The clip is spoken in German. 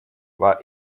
war